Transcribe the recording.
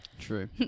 true